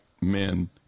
men